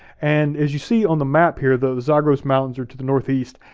and as you see on the map here, the zagros mountains are to the northeast.